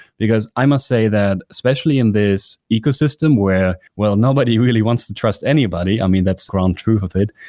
because i must say that especially in this ecosystem where where nobody really wants to trust anybody. i mean, that's ground of truth of it,